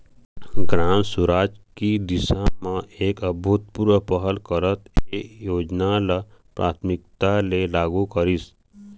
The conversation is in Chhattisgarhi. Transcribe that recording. ग्राम सुराज की दिशा म एक अभूतपूर्व पहल करत ए योजना ल प्राथमिकता ले लागू करिस